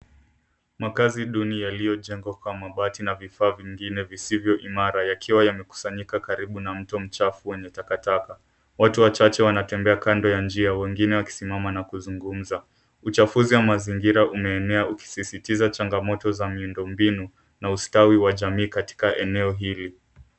Makaazi duni yaliyojengwa kwa mabati na vifaa vingine visivyo imara yakiwa yamekusanyika karibu na mto mchafu wenye takataka. Watu wachache wanatembea kando ya njia wengine wakisimama na kuzungumza. Uchafuzi wa mazingira umeenea ukisisitiza changamoto za miundo mbinu na ustawai wa jamii katika eneo hili.